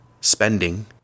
spending